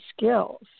skills